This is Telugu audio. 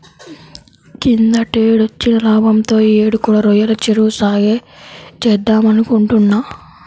కిందటేడొచ్చిన లాభంతో యీ యేడు కూడా రొయ్యల చెరువు సాగే చేద్దామనుకుంటున్నా